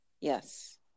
Yes